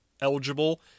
eligible –